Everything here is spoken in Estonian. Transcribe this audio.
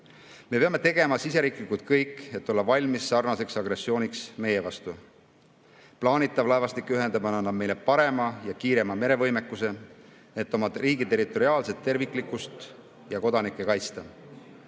Me peame tegema siseriiklikult kõik, et olla valmis sarnaseks agressiooniks meie vastu. Plaanitav laevastike ühendamine annab meile parema ja kiirema merevõimekuse, et oma riigi territoriaalset terviklikkust ja kodanikke kaitsta.